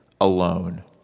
alone